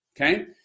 Okay